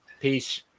Peace